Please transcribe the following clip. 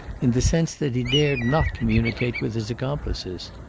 in the sense that he dared not communicate with his accomplices.